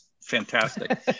fantastic